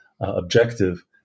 objective